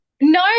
No